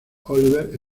oliver